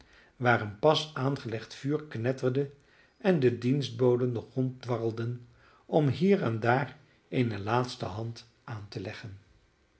een pas aangelegd vuur knetterde en de dienstboden nog ronddwarrelden om hier en daar eene laatste hand aan te leggen